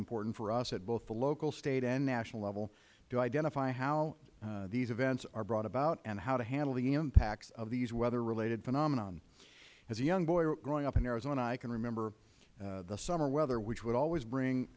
important for us at both the local state and national level to identify how these events are brought about and how to handle the impacts of these weather related phenomena as a young boy growing up in arizona i can remember the summer weather which would always bring